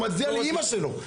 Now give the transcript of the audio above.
מצדיע לאמא שלו,